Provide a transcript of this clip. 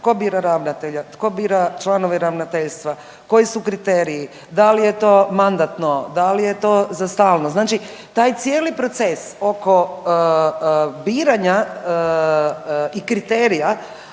tko bira ravnatelja, tko bira članove ravnateljstva, koji su kriteriji, dal je to mandatno, dal je to za stalno, znači taj cijeli proces oko biranja i kriterija